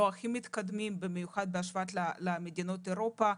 במיוחד בהשוואה למדינות אירופה.